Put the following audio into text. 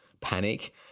panic